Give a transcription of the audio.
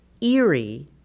eerie